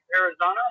Arizona